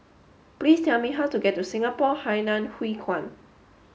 please tell me how to get to Singapore Hainan Hwee Kuan